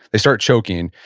they start choking.